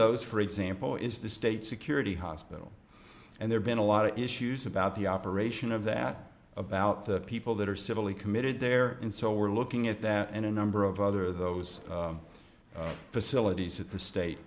those for example is the state security hospital and there's been a lot of issues about the operation of that about the people that are civilly committed there and so we're looking at that and a number of other those facilities at the state